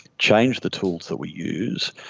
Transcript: change the tools that we use,